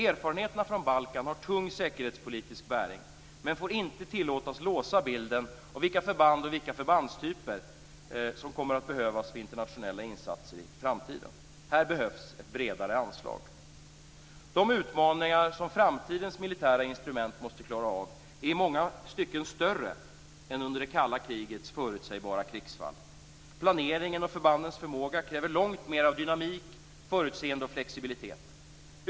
Erfarenheterna från Balkan har tung säkerhetspolitisk bäring, men får inte tillåtas att låsa bilden av vilka förband och förbandstyper som kommer att behövas för internationella insatser i framtiden. Här behövs ett bredare anslag. De utmaningar som framtidens militära instrument måste klara av är i många stycken större än under det kalla krigets förutsägbara krigsfall. Planeringen och förbandens förmåga kräver långt mer av dynamik, förutseende och flexibilitet.